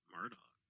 Murdoch